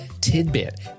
tidbit